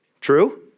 True